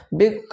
big